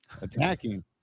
Attacking